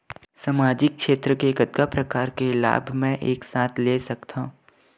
सामाजिक क्षेत्र के कतका प्रकार के लाभ मै एक साथ ले सकथव?